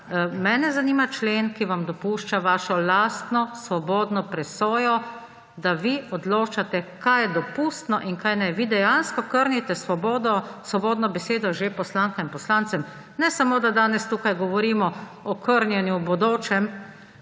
Mene zanima člen, ki vam dopušča vašo lastno, svobodno presojo, da vi odločate, kaj je dopustno in kaj ne. Vi dejansko že krnite svobodno besedo poslankam in poslancem. Ne samo, da danes tukaj govorimo o bodočem